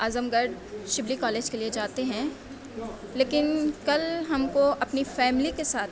اعظم گڑھ شبلی کالج کے لیے جاتے ہیں لیکن کل ہم کو اپنی فیملی کے ساتھ